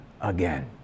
again